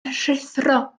rhuthro